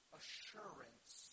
assurance